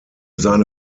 seine